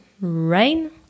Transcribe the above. Rain